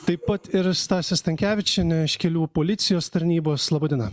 taip pat ir stasė stankevičienė iš kelių policijos tarnybos laba diena